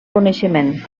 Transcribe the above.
coneixement